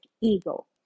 ego